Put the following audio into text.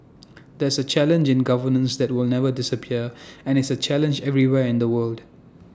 that's A challenge in governance that will never disappear and is A challenge everywhere in the world